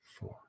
four